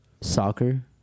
Soccer